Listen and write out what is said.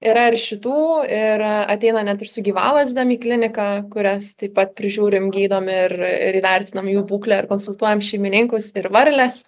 yra ir šitų ir ateina net ir su gyvalazdėm į kliniką kurias taip pat prižiūrim gydom ir ir įvertinam jų būklę ir konsultuojam šeimininkus ir varles